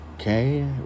okay